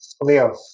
Leo